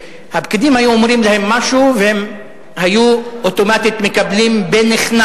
שהפקידים היו אומרים להם משהו ואוטומטית הם היו מקבלים בנכנעות.